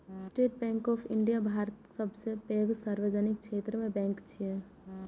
state Bank of India भारतक सबसं पैघ सार्वजनिक क्षेत्र के बैंक छियै